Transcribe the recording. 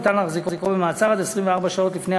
אפשר להחזיקו במעצר עד 24 שעות לפני